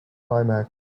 climax